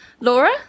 Laura